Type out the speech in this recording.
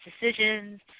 decisions